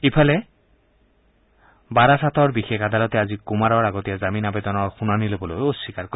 ইফালে বাৰাসাতৰ বিশেষ আদালতে আজি কুমাৰৰ আগতীয়া জামিন আৱেদনৰ শুনানী ল'বলৈ অস্বীকাৰ কৰে